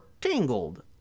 Tangled